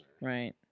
Right